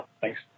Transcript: Thanks